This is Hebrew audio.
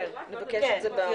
כן, נבקש את זה בכתב.